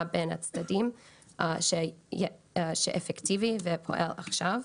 בין הצדדים שאפקטיביים ופועלים עכשיו.